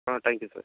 ah thank you sir ஸ்